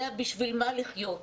זה ה-בשביל מה לחיות.